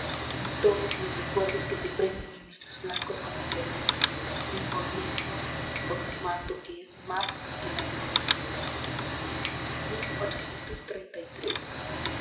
ni todos los recuerdos que se prenden en nuestros flancos como un vestido envolviéndonos con un manto que es más que la gloria